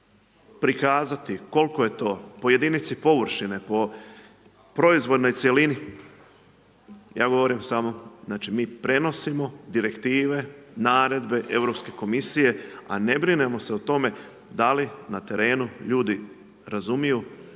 prikazati koliko je to po jedinici površine, po proizvodnoj cjelini. Ja govorim samo znači mi prenosimo direktive, naredbe Europske komisije a ne brinemo se o tome da li na terenu ljudi razumiju,